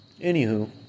Anywho